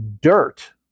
dirt